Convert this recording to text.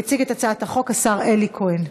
יציג את הצעת החוק השר אלי כהן,